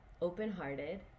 open-hearted